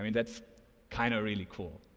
i mean it's kind of really cool.